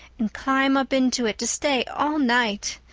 and climb up into it to stay all night.